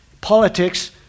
Politics